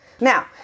Now